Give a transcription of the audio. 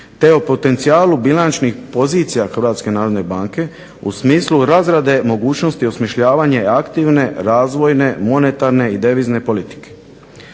te o potencijalu bilančnih pozicija HNB-a u smislu razrade mogućnosti osmišljavanje aktivne, razvojne, monetarne i devizne politike.